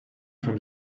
from